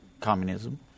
communism